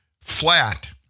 flat